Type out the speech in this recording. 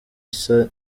isa